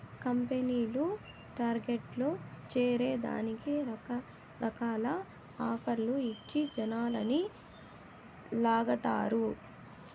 కంపెనీలు టార్గెట్లు చేరే దానికి రకరకాల ఆఫర్లు ఇచ్చి జనాలని లాగతారు